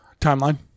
Timeline